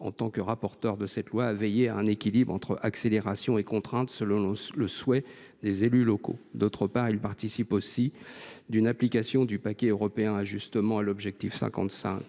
en tant que rapporteur de ce texte, ai veillé à un équilibre entre accélération et contrainte, selon le souhait des élus locaux. D’autre part, il participe aussi d’une application du paquet européen Ajustement à l’objectif 55.